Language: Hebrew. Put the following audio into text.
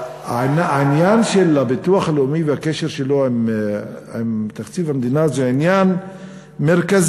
העניין של הביטוח הלאומי והקשר שלו עם תקציב המדינה זה עניין מרכזי.